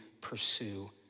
pursue